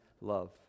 love